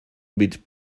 mit